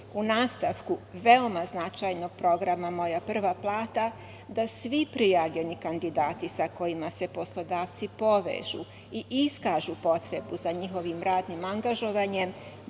u nastavku veoma značajnog programa Moja prva plata da svi prijavljeni kandidati sa kojima se poslodavci povežu i iskažu potrebu za njihovim radnim angažovanjem,